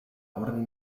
orden